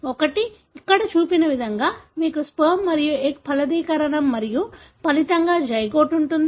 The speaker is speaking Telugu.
ఒకటి ఇక్కడ చూపిన విధంగా మీకు స్పెర్మ్ మరియు ఎగ్ ఫలదీకరణం మరియు ఫలితంగా జైగోట్ ఉంటుంది